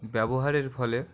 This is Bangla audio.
ব্যবহারের ফলে